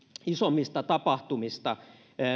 isommista tapahtumista